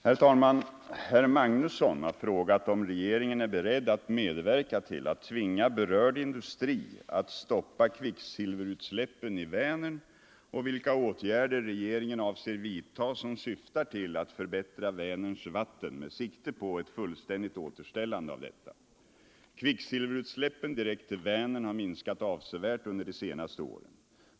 Herr talman! Herr Magnusson i Kristinehamn har frågat om regeringen är beredd att medverka till att tvinga berörd industri att stoppa kvicksilverutsläppen i Vänern och vilka åtgärder regeringen avser vidta, som syftar till att förbättra Vänerns vatten, med sikte på ett fullständigt återställande av detta. Kvicksilverutsläppen direkt till Vänern har minskat avsevärt under de senaste åren.